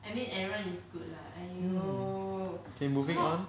hmm okay moving on